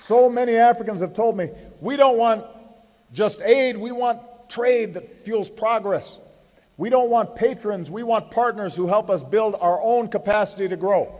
so many africans have told me we don't want just aid we want trade deals progress we don't want patrons we want partners who help us build our own capacity to grow